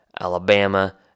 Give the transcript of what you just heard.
Alabama